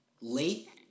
Late